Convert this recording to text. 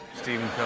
stephen so